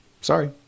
Sorry